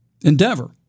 endeavor